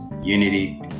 unity